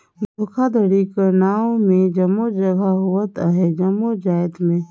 धोखाघड़ी कर नांव में जम्मो जगहा होत अहे जम्मो जाएत में